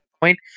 point